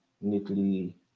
neatly